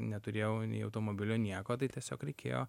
neturėjau nei automobilio nieko tai tiesiog reikėjo